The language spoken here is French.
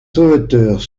sauveteurs